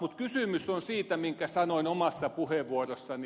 mutta kysymys on siitä minkä sanoin omassa puheenvuorossani